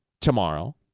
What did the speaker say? tomorrow